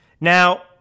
Now